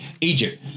Egypt